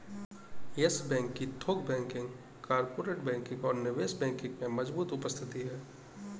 yes Bank की थोक banking, corporate banking और निवेश बैंकिंग में मजबूत उपस्थिति है